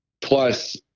Plus